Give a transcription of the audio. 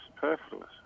superfluous